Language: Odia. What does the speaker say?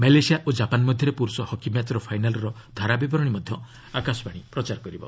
ମାଲେସିଆ ଓ ଜାପାନ ମଧ୍ୟରେ ପୁରୁଷ ହକି ମ୍ୟାଚ୍ର ଫାଇନାଲ୍ର ଧାରାବିବରଣୀ ମଧ୍ୟ ଆକାଶବାଣୀ ପ୍ରଚାର କରିବ